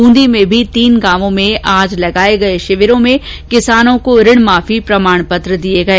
ब्रंदी में भी तीन गांवों में लगाए गए शिविरों में किसानों को ऋण माफी प्रमाण पत्र दिए गए